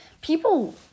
people